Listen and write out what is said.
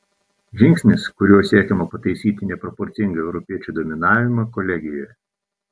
žingsnis kuriuo siekiama pataisyti neproporcingą europiečių dominavimą kolegijoje